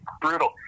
brutal